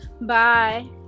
bye